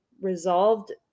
Resolved